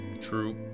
true